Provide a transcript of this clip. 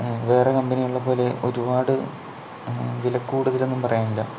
വേറെ കമ്പനികളെ പോലെ ഒരുപാട് വില കൂടുതലൊന്നും പറയാനില്ല